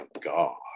God